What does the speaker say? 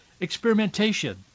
experimentation